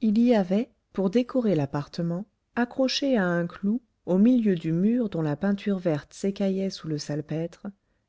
il y avait pour décorer l'appartement accrochée à un clou au milieu du mur dont la peinture verte s'écaillait sous le salpêtre